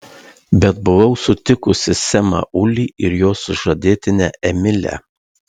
bet buvau sutikusi semą ulį ir jo sužadėtinę emilę